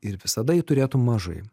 ir visada jei turėtų mažai